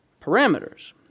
parameters